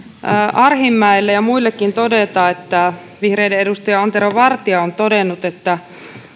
arhinmäelle ja muillekin todeta että vihreiden edustaja antero vartia on todennut